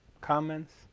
Comments